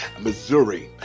Missouri